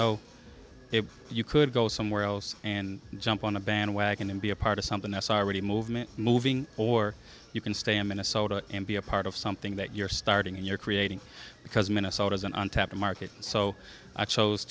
know if you could go somewhere else and jump on a bandwagon and be a part of something that's already movement moving or you can stay in minnesota and be a part of something that you're starting you're creating because minnesota's an untapped market so i chose